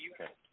Okay